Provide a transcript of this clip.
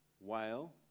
whale